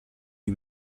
you